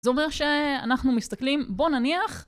זה אומר שאנחנו מסתכלים, בוא נניח...